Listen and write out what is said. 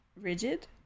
rigid